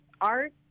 art